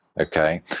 Okay